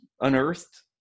unearthed